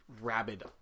rabid